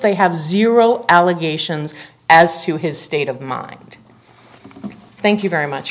they have zero allegations as to his state of mind thank you very much